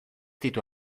ditu